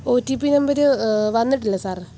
ഓ T P number വന്നിട്ടില്ല sir